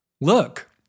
look